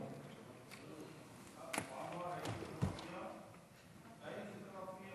זו פעם ראשונה שאת עולה לדבר כשאני מנהל